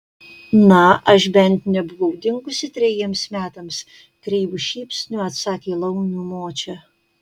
na aš bent nebuvau dingusi trejiems metams kreivu šypsniu atsakė laumių močia